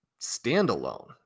standalone